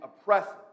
oppressive